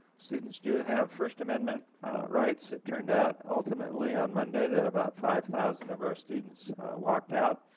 students do have first amendment rights it turned out ultimately on monday that about five thousand of our students walked out.